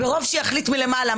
ברוב שיחליט מלמעלה,